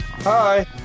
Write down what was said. Hi